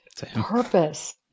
purpose